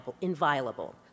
inviolable